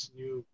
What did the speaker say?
new